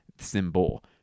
symbol